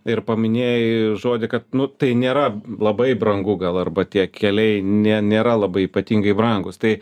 ir paminėjai žodį kad nu tai nėra labai brangu gal arba tie keliai nė nėra labai ypatingai brangūs tai